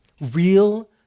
Real